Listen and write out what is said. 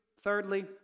thirdly